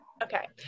Okay